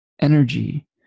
energy